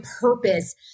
purpose